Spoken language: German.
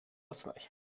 ausweichen